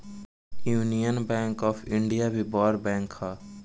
union Bank of India भी बड़ bank हअ